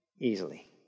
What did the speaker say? easily